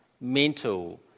mental